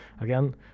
again